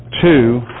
two